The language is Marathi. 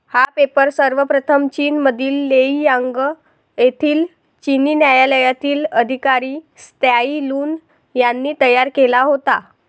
हा पेपर सर्वप्रथम चीनमधील लेई यांग येथील चिनी न्यायालयातील अधिकारी त्साई लुन यांनी तयार केला होता